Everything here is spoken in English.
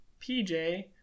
pj